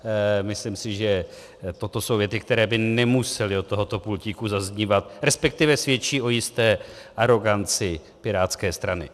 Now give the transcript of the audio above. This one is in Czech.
Myslím si, že to jsou věty, které by nemusely od tohoto pultíku zaznívat, resp. svědčí o jisté aroganci pirátské strany.